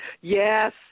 Yes